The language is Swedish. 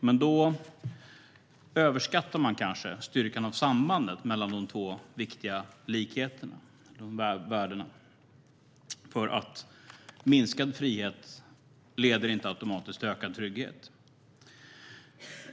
Men då överskattar man kanske styrkan och sambandet mellan de två viktiga värdena. Minskad frihet leder nämligen inte automatiskt till ökad trygghet.